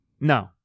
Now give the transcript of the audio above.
No